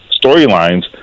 storylines